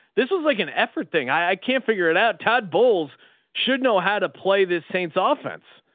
this was like an effort thing. i can't figure it out. todd bowles should know how to play this saints ah offense.